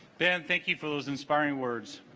then thank you for those inspiring words